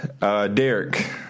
Derek